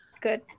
good